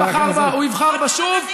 העם בחר בה, הוא יבחר בה שוב, אז רק